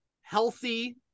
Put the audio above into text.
healthy